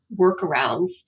workarounds